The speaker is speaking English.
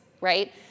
right